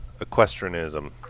equestrianism